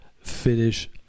finish